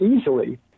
easily